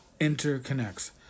interconnects